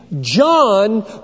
John